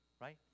right